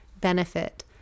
benefit